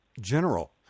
general